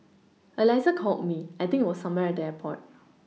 Alyssa called me I think it was somewhere at the airport